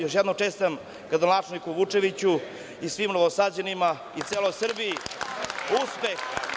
Još jednom čestitam gradonačelniku Vučeviću i svim Novosađanima i celoj Srbiji uspeh.